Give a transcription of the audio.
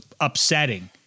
upsetting